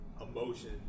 emotion